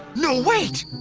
no, wait!